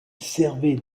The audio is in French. servait